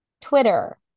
twitter